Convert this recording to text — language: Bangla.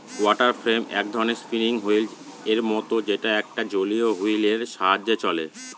ওয়াটার ফ্রেম এক ধরনের স্পিনিং হুইল এর মত যেটা একটা জলীয় হুইল এর সাহায্যে চলে